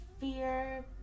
fear